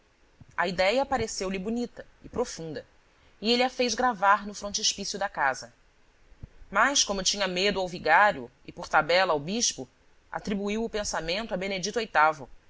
a idéia pareceu-lhe bonita e profunda e ele a fez gravar no frontispício da casa mas como tinha medo ao vigário e por tabela ao bispo atribuiu o pensamento a benedito